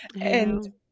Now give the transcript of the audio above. and-